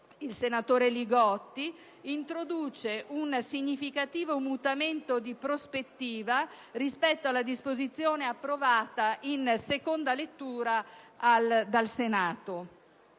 il senatore Li Gotti), introduce un significativo mutamento di prospettiva rispetto alla disposizione approvata in seconda lettura dal Senato.